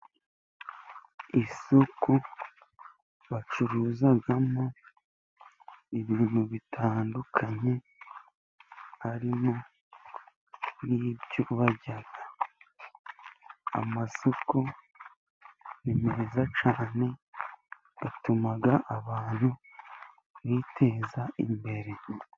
Isoko bacuruzamo ibintu bitandukanye, harimo n'ibyo barya. Amasoko ni meza cyane, atuma abantu biteza imbere.